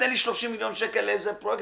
תן לי 30 מיליון שקל לאיזה פרויקט,